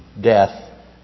death